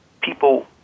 people